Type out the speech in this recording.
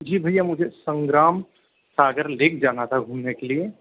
जी भैया मुझे संग्राम सागर लेक जाना था घूमने के लिए